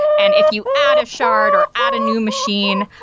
and if you add a shard or add a new machine,